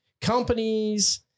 companies